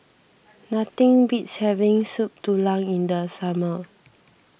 nothing beats having Soup Tulang in the summer